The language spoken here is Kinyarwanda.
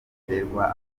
aterwa